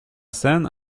scène